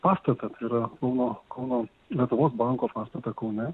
pastatą tai yra kauno kauno lietuvos banko pastatą kaune